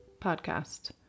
podcast